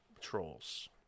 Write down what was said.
trolls